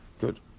Good